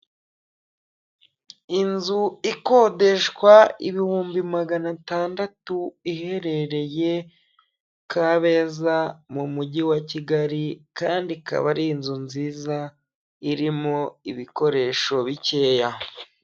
Inzu ikodeshwa ibihumbi magana atandatu iherereye Kabeza mu mujyi wa Kigali, kandi ikaba ari inzu nziza irimo ibikoresho bikeya.